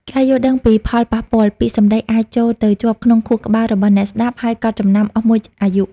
ការយល់ដឹងពីផលប៉ះពាល់ ពាក្យសម្ដីអាច ចូលទៅជាប់ក្នុងខួរក្បាលរបស់អ្នកស្តាប់ ហើយកត់ចំណាំអស់មួយអាយុ។